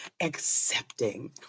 accepting